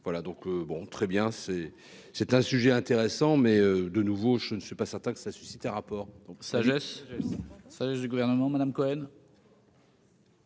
voilà, donc bon, très bien, c'est, c'est un sujet intéressant mais de nouveau, je ne suis pas certain que ça suscite un rapport. Sagesse ça du gouvernement Madame Cohen.